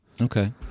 Okay